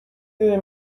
دونی